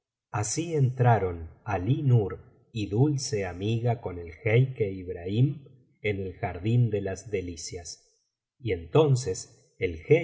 así entraron alí nur y dulce amiga con el jeique ibrahim en el jardín de las delicias y entonces el